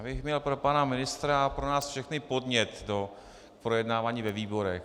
Já bych měl pro pana ministra a pro nás všechny podnět pro projednávání ve výborech.